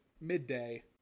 midday